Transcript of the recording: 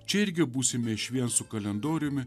čia irgi būsime išvien su kalendoriumi